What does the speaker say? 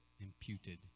Imputed